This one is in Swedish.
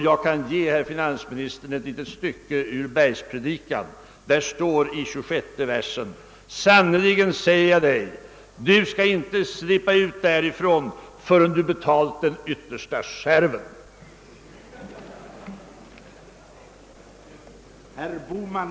Jag kan också ge finansministern ett litet stycke ur Bergspredikan. I den 26:e versen står följande: »Sannerligen säger jag dig: Du skall icke slippa ut därifrån, förrän du har betalt den yttersta skärven.» En sådan skattepolitik vill vi inte ha.